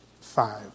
five